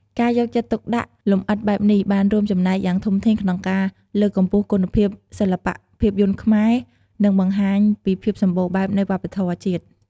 ការយកចិត្តទុកដាក់លម្អិតបែបនេះបានរួមចំណែកយ៉ាងធំធេងក្នុងការលើកកម្ពស់គុណភាពសិល្បៈភាពយន្តខ្មែរ និងបង្ហាញពីភាពសម្បូរបែបនៃវប្បធម៌ជាតិ។